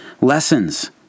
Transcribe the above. lessons